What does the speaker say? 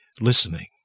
listening